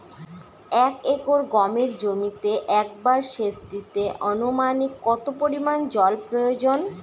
এক একর গমের জমিতে একবার শেচ দিতে অনুমানিক কত পরিমান জল প্রয়োজন?